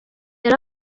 yari